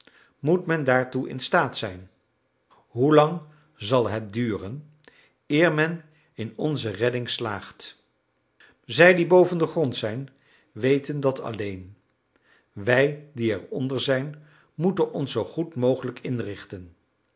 moet men daartoe instaat zijn hoelang zal het duren eer men in onze redding slaagt zij die boven den grond zijn weten dat alleen wij die er onder zijn moeten ons zoo goed mogelijk inrichten